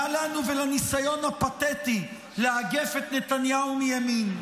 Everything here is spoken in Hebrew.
מה לנו ולניסיון הפתטי לאגף את נתניהו מימין?